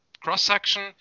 cross-section